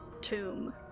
tomb